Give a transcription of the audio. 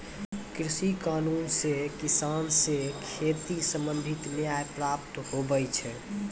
कृषि कानून से किसान से खेती संबंधित न्याय प्राप्त हुवै छै